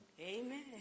Amen